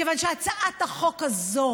מכיוון שהצעת החוק הזאת,